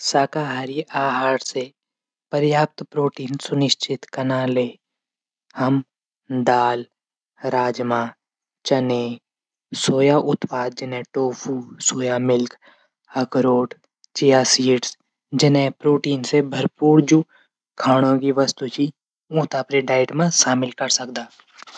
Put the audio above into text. शाकाहारी आहार से पर्याप्त प्रोटीन सुनिश्चित कन्याले हम दाल, राजमा, चने, सोया उत्पाद जनई टोफू सोयामिल्क, अखरोट, या सीटस जनई प्रोटीन से भरपूर खाणू से वस्तु छन उथैंई अपडी डायट मा शामिल कै सकदा।